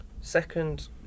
Second